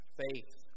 faith